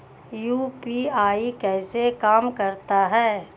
UPI कैसे काम करता है?